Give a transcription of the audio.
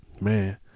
Man